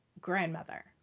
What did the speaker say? grandmother